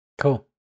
Cool